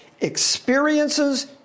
experiences